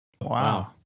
Wow